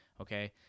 Okay